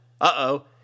Uh-oh